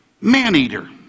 Man-eater